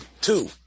two